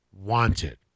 Wanted